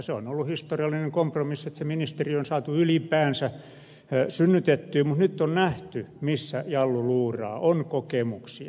se on ollut historiallinen kompromissi että ministeriö on saatu ylipäänsä synnytetyksi mutta nyt on nähty missä jallu luuraa on kokemuksia